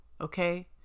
okay